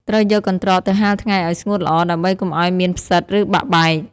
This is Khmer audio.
ត្រូវយកកន្ត្រកទៅហាលថ្ងៃឲ្យស្ងួតល្អ ដើម្បីកុំឲ្យមានផ្សិត ឬបាក់បែក។